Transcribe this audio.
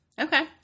Okay